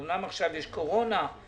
הדגש שאנחנו נותנים בעת הקורונה הוא